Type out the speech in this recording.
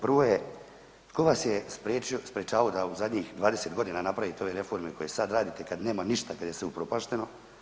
Prvo je, tko vas je sprječavao da u zadnjih 20 godina napravite ove reforme koje sada radite kada nema ništa kada je sve upropašteno?